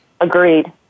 Agreed